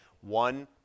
One